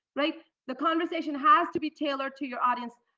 like the conversation has to be tailored to your audience.